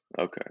Okay